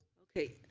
okay.